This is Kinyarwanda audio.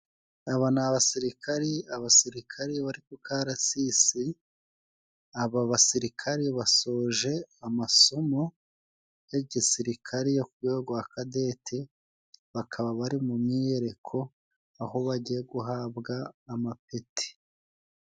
Aba ni abasirikari， abasirikare bari ku karasisi， aba basirikare basoje amasomo ya gisirikare yo kurwego rwa kadete， bakaba bari mu myiyereko aho bagiye guhabwa amapeti.